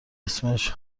اسمش